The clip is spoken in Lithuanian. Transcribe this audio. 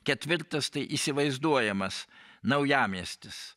ketvirtas tai įsivaizduojamas naujamiestis